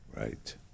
Right